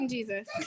Jesus